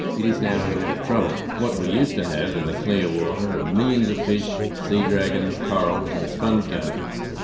it is now in a bit of trouble. what we used to have in the clear water were millions of fish, sea dragons, corals and sponge gardens.